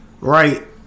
right